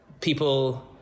people